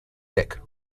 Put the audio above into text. deck